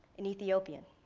and ethiopian.